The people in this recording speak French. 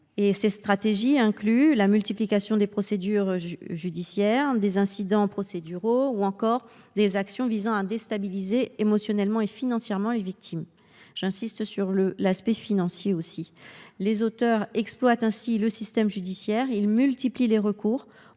Ces stratégies incluent la multiplication des procédures judiciaires, des incidents procéduraux, ainsi que des actions visant à déstabiliser émotionnellement et financièrement les victimes. Je veux également insister sur l’aspect financier de telles pratiques. Les auteurs exploitent le système judiciaire, ils multiplient les recours